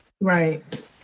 Right